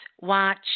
watch